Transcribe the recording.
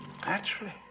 Naturally